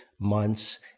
months